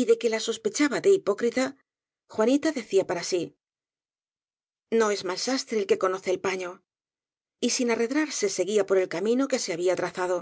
y de que la sos pechaba de hipócrita juanita decía para sí no es mal sastre el que conoce el paño y sin arredrarse seguía por el camino que se había trazado